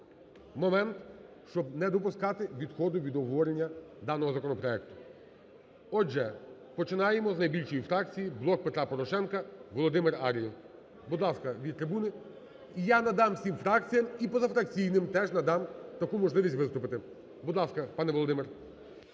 момент, щоб не допускати відходу від обговорення даного законопроекту. Отже, починаємо з найбільшої фракції – "Блок Петра Порошенко". Володимир Ар'єв, будь ласка, від трибуни. І я надам всім фракціям, і позафракційним теж надам таку можливість виступити. Будь ласка, пане Володимир.